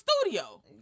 studio